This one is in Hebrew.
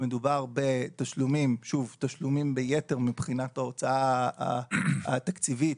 מדובר בתשלומים ביתר מבחינת ההוצאה התקציבית,